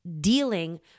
dealing